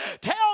Tell